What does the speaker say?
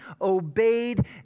obeyed